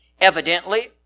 Evidently